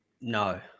No